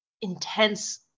intense